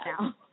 now